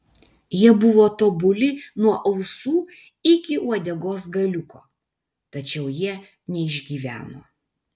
jie buvo tobuli nuo ausų iki uodegos galiuko tačiau jie neišgyveno